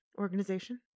organization